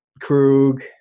Krug